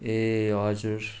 ए हजुर